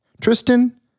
Tristan